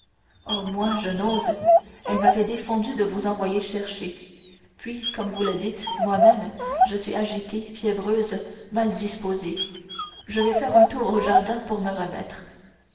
oh moi je n'ose elle m'avait défendu de vous envoyer chercher puis comme vous le dites moi-même je suis agitée fiévreuse mal disposée je vais faire un tour au jardin pour me remettre